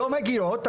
לא מגיעות.